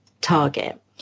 target